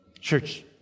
Church